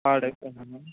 అడుగుతనండి